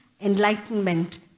Enlightenment